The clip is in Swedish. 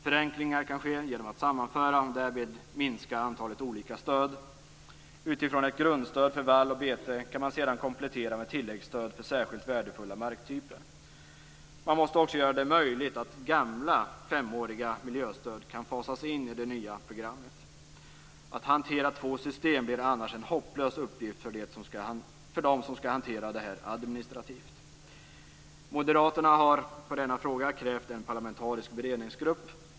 Förenklingar kan ske genom att man sammanför och därmed minskar antalet stöd. Utifrån ett grundstöd för vall och bete kan man sedan komplettera med tilläggsstöd för särskilt värdefulla marktyper. Man måste också göra det möjligt att fasa in gamla femåriga miljöstöd i det nya programmet. Att hantera två system blir annars en hopplös uppgift för dem som skall hantera systemen administrativt. Moderaterna har i denna fråga krävt en parlamentarisk beredningsgrupp.